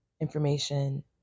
information